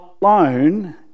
alone